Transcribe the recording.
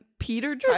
Peter